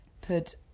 put